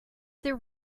there